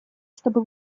чтобы